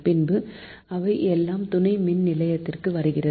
பின்பு இவை எல்லாம் துணை மின் நிலையதிற்கு வருகிறது